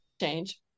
change